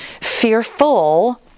fearful